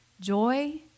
joy